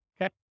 okay